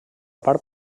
part